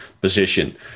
position